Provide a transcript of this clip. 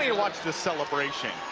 ah watch the celebration